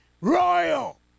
royal